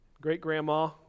great-grandma